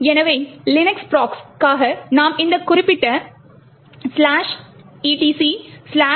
எனவே Linux proxy காக நாம் இந்த குறிப்பிட்ட etcsysctl